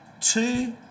two